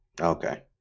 Okay